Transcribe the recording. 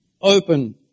open